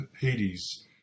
Hades